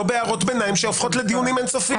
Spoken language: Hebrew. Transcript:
לא בהערות ביניים שהופכות לדיונים אין-סופיים.